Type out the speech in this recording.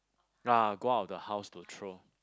ah go out the house to throw